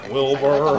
Wilbur